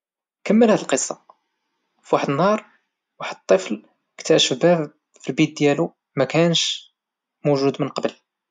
كمل هاد القصة، فواحد النهار واحد الطفل تكتشف واحد الباب فالبيت ديالو مكانش موجود من قبل.